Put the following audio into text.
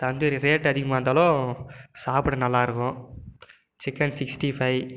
tandoori rate அதிகமாக இருந்தாலும் சாப்பிட நல்லாயிருக்கும் சிக்கன் சிக்ஸ்டி ஃபை